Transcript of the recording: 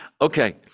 Okay